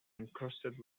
encrusted